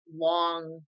long